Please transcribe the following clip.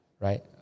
right